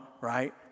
right